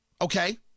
Okay